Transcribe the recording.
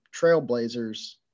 Trailblazers